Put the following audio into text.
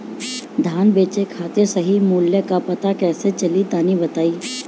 धान बेचे खातिर सही मूल्य का पता कैसे चली तनी बताई?